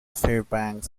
fairbanks